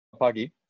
pagi